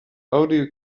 audio